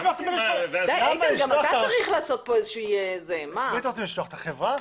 אתם רוצים לשלוח את החברה?